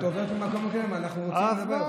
היא מסתובבת במקום אחר, ואנחנו רוצים לדבר.